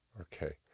Okay